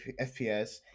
fps